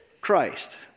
Christ